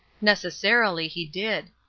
necessarily, he did.